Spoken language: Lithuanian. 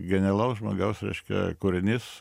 genialaus žmogaus reiškia kūrinys